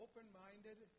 Open-minded